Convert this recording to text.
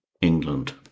England